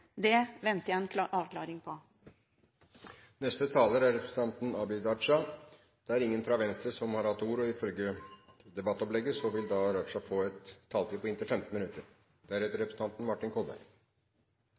Det venter jeg en avklaring på. Neste taler er representanten Abid Q. Raja. Det er ingen fra Venstre som har hatt ordet, og ifølge debattopplegget vil da Raja få en taletid på inntil 15 minutter.